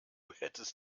hättest